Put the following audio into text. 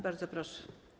Bardzo proszę.